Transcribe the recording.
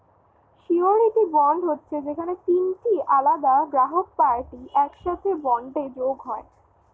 surety bond হচ্ছে যেখানে তিনটে আলাদা গ্রাহক পার্টি একসাথে বন্ডে যোগ হয়